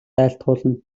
айлтгуулна